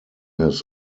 his